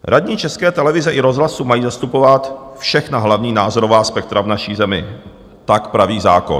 Radní České televize i rozhlasu mají zastupovat všechna hlavní názorová spektra v naší zemi, tak praví zákon.